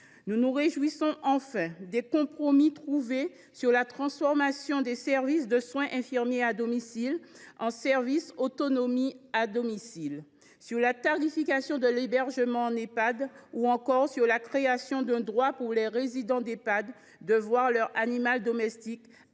Nous nous réjouissons enfin des compromis trouvés sur la transformation des services de soins infirmiers à domicile (Ssiad) en services autonomie à domicile (SAD), sur la tarification de l’hébergement en Ehpad, ou encore sur la création d’un droit, pour les résidents en Ehpad, de voir leur animal domestique accueilli